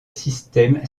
système